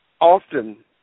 often